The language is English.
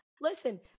Listen